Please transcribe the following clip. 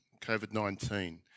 COVID-19